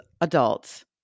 adults